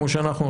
כמו שאנחנו.